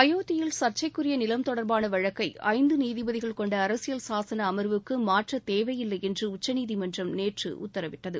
அயோத்தியில் சா்ச்சைக்குரிய நிலம் தொடா்பான வழக்கை ஐந்து நீதிபதிகள் கொண்ட அரசியல் சாசன அமா்வுக்கு மாற்ற தேவையில்லை என்று உச்சநீதிமன்றம் நேற்று உத்தரவிட்டது